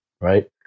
right